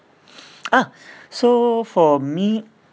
ah so for me